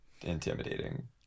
intimidating